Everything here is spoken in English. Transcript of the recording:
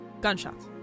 gunshots